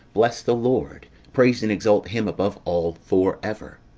bless the lord praise and exalt him above all for ever.